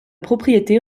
propriété